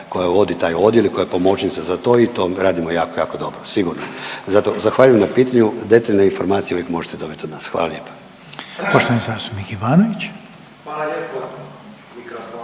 koja vodi taj odjel i koja je pomoćnica za to i to radimo jako, jako dobro sigurno. Zato zahvaljujem na pitanju detaljne informacije uvijek možete dobiti od nas. Hvala lijepa. **Reiner, Željko (HDZ)** Poštovani zastupnik